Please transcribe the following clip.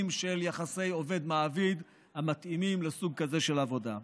של יחסי עובד מעביד המתאימים לסוג כזה של עבודה.